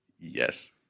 Yes